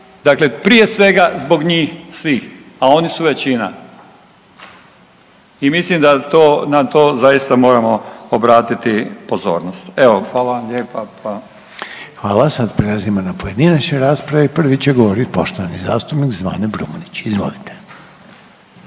Dakle, prije svega zbog njih svih, a oni su većina i mislim da na to zaista moramo obratiti pozornost. Evo hvala vam lijepa. **Reiner, Željko (HDZ)** Hvala. Sada prelazimo na pojedinačne rasprave i prvi će govoriti poštovani zastupnik Zvane Brumnić. Izvolite.